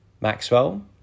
Maxwell